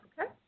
Okay